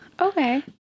Okay